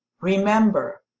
Remember